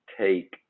take